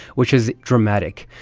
which is dramatic.